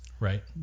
Right